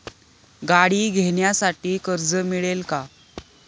गाडी घेण्यासाठी कर्ज मिळेल का?